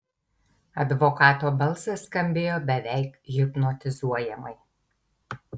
advokato balsas skambėjo beveik hipnotizuojamai